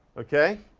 okay.